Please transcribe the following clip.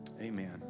Amen